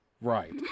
right